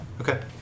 Okay